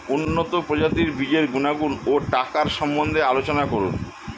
উন্নত প্রজাতির বীজের গুণাগুণ ও টাকার সম্বন্ধে আলোচনা করুন